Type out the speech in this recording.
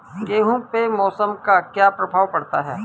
गेहूँ पे मौसम का क्या प्रभाव पड़ता है?